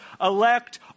elect